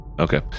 Okay